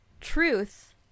truth